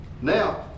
Now